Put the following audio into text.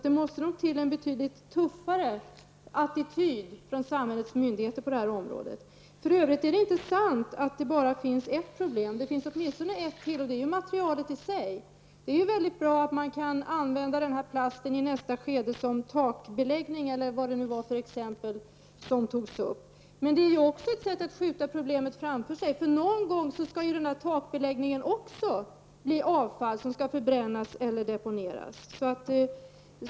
Det måste nog till en betydligt tuffare attityd från samhällets myndigheter på de här området. Det är för övrigt inte sant att det bara finns ett problem. Det finns åtminstone ett till och det är materialet i sig. Det är mycket bra att man kan använda den här plasten i nästa skede som takbeläggning. Men det är ju också ett sätt att skjuta problemet framför sig. Någon gång skall ju den här takbeläggningen också bli avfall som skall förbrännas eller deponeras.